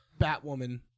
Batwoman